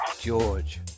George